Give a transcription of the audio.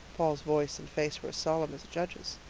paul's voice and face were as solemn as a judge's.